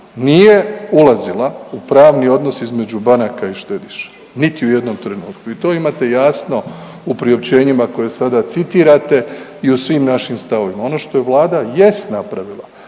nije ulazila u pravni odnos između banaka i štediše, niti u jednom trenutku i to imate jasno u priopćenjima koje sada citirate i u svim našim stavovima. Ono što Vlada jest napravila